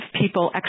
people